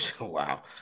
wow